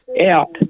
out